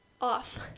off